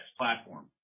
platform